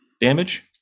damage